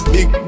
Big